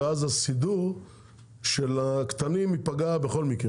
והסידור של הספקים הקטנים יפגע בכל מקרה?